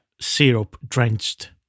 syrup-drenched